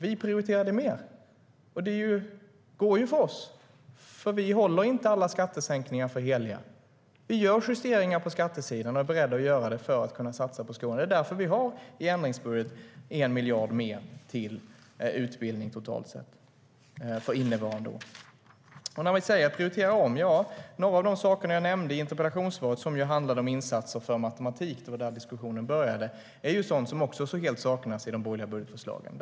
Vi prioriterar detta mer. Det går för oss eftersom vi inte håller alla skattesänkningar heliga. Vi gör justeringar på skattesidan och är beredda att göra det för att kunna satsa på skolan. Det är därför som vi i ändringsbudgeten har 1 miljard mer till utbildning totalt sett för innevarande år. Vi säger att vi ska prioritera om. Några av de saker som jag nämnde i interpellationssvaret som handlade om insatser för matematik - det var där diskussionen började - är sådant som också helt saknas i de borgerliga budgetförslagen.